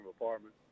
apartment